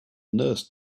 nurse